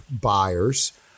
buyers